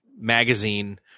Magazine